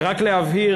ורק להבהיר,